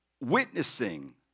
witnessing